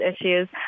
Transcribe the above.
issues